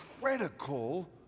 critical